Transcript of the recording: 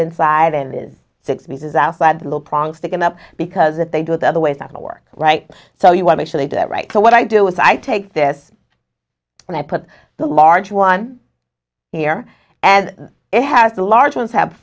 inside and is six pieces outside little prong sticking up because if they do the other ways not to work right so you want make sure they do it right so what i do is i take this when i put the large one here and it has the large ones have